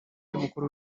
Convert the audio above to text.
y’umukuru